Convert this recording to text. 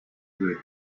good